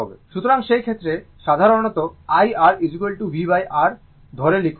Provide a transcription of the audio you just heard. সুতরাং সেই ক্ষেত্রে সাধারণত IR VR ধরে লিখুন